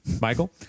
Michael